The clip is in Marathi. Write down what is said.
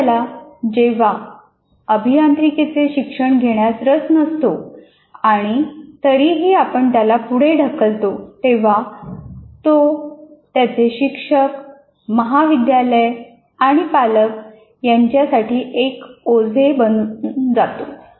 एखाद्याला जेव्हा अभियांत्रिकीचे शिक्षण घेण्यात रस नसतो आणि तरीही आपण त्याला पुढे ढकलतो तेव्हा तो त्याचे शिक्षक महाविद्यालय आणि पालक यांच्यासाठी एक ओझे बनून जातो